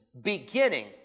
beginning